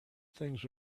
things